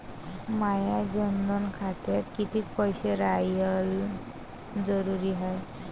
माया जनधन खात्यात कितीक पैसे रायन जरुरी हाय?